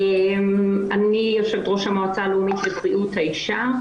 אני יו"ר המועצה הלאומית לבריאות האישה.